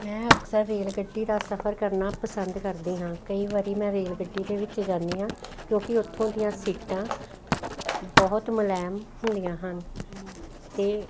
ਮੈਂ ਅਕਸਰ ਰੇਲ ਗੱਡੀ ਦਾ ਸਫਰ ਕਰਨਾ ਪਸੰਦ ਕਰਦੇ ਹਾਂ ਕਈ ਵਾਰੀ ਮੈਂ ਰੇਲ ਗੱਡੀ ਦੇ ਵਿੱਚ ਜਾਂਦੀ ਹਾਂ ਕਿਉਂਕਿ ਉੱਥੋਂ ਦੀਆਂ ਸੀਟਾਂ ਬਹੁਤ ਮੁਲਾਇਮ ਹੁੰਦੀਆਂ ਹਨ ਅਤੇ